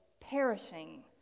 perishing